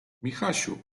michasiu